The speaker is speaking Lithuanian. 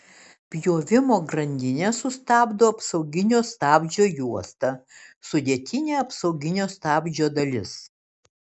pjovimo grandinę sustabdo apsauginio stabdžio juosta sudėtinė apsauginio stabdžio dalis